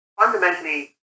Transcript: Fundamentally